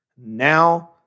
Now